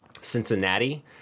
Cincinnati